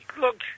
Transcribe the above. look